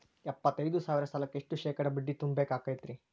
ಎಪ್ಪತ್ತೈದು ಸಾವಿರ ಸಾಲಕ್ಕ ಎಷ್ಟ ಶೇಕಡಾ ಬಡ್ಡಿ ತುಂಬ ಬೇಕಾಕ್ತೈತ್ರಿ?